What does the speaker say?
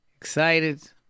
excited